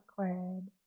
awkward